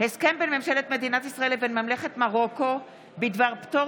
הסכם בין ממשלת מדינת ישראל לבין ממלכת מרוקו בדבר פטור